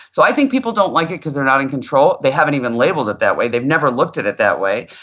so i think people don't like it because they're not in control. they haven't even labeled it that way, they've never looked at it that way.